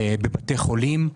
בבתי חולים.